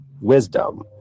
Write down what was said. wisdom